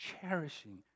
cherishing